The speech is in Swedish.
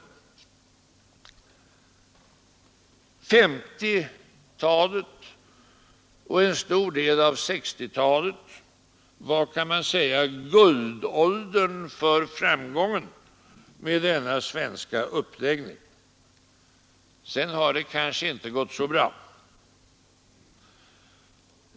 1950-talet och en stor del av 1960-talet var, kan man säga, guldåldern för framgången med denna svenska uppläggning. Sedan har det kanske inte gått så bra.